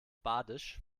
badisch